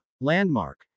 landmark